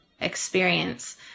experience